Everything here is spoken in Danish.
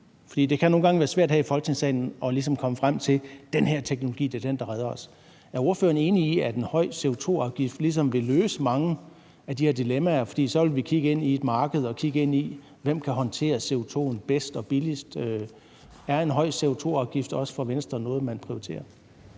ligesom at komme frem til: Det er den her teknologi, der redder os. Er ordføreren enig i, at en høj CO2-afgift ligesom vil løse mange af de her dilemmaer, for så vil vi kigge ind i et marked, hvor vi kigger ind i, hvem der kan håndtere CO2'en bedst og billigst, og er en høj CO2-afgift også noget, man fra Venstres side prioriterer?